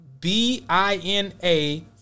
b-i-n-a